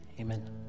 amen